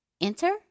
enter